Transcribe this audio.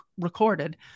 recorded